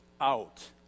out